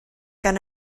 gan